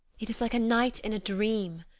it is like a night in a dream.